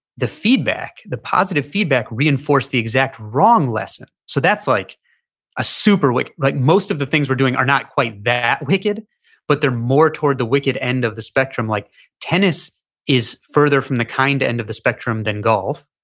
the feedback, the positive feedback reinforced the exact wrong lesson. so that's like a super, like most of the things we're doing are not quite that wicked but they're more toward the wicked end of the spectrum like tennis is further from the kind end of the spectrum than golf.